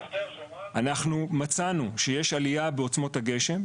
אנחנו מצאנו שיש עלייה בעוצמות הגשם,